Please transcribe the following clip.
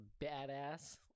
badass